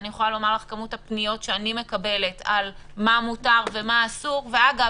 כמות הפניות שאני מקבלת על מה מותר ומה אסור אגב,